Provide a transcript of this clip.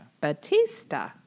Batista